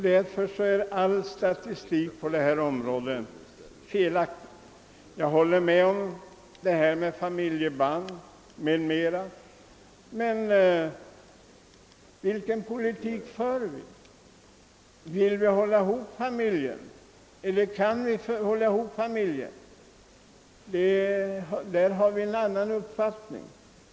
Därför är all Steele på detta område felaktig. Jag håller med om vad man säger. om familjeband m.m. Men vilken politik för vi? Vill eller kan vi hålla ihop familjen? Här har vi en annan uppfattning.